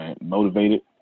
motivated